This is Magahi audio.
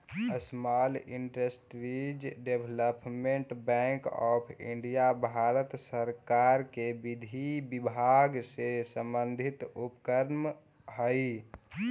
small Industries Development Bank of India Bharat सरकार के विधि विभाग से संबंधित उपक्रम हइ